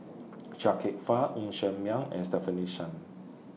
Chia Kwek Fah Ng Ser Miang and Stefanie Sun